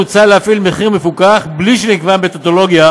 מוצע להפעיל מחיר מפוקח בלי שנקבעה מתודולוגיה